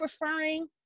referring